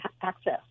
access